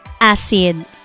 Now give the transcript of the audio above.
acid